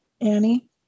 Annie